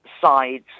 sides